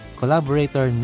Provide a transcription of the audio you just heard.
collaborator